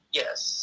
yes